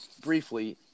briefly